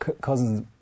Cousins